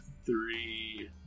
three